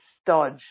stodge